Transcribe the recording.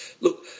Look